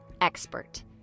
expert